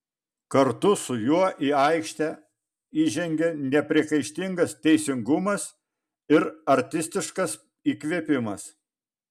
kartu su juo į aikštę įžengė nepriekaištingas teisingumas ir artistiškas įkvėpimas